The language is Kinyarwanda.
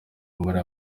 muri